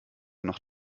noch